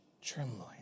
trembling